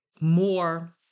more